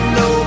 no